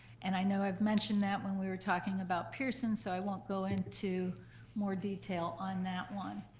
and i know i've mentioned that when we were talking about pearson, so i won't go into more detail on that one.